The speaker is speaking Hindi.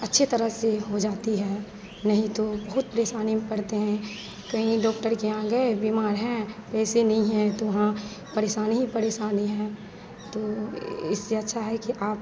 अच्छी तरह से हो जाती है नहीं तो बहुत परेशानी में पड़ते हैं कहीं डॉक्टर के यहाँ गए बिमार हैं पैसे नहीं हैं तो वहाँ परेशानी ही परेशानी है तो इससे अच्छा है कि आप